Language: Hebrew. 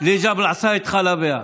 (אומר דברים במרוקאית.)